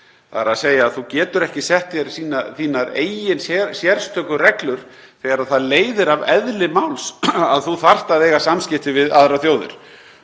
alþjóðlegt, þ.e. þú getur ekki sett þínar eigin sérstöku reglur þegar það leiðir af eðli máls að þú þarft að eiga samskipti við aðrar þjóðir.